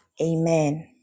Amen